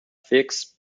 figs